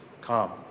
come